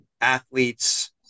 athletes